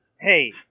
hey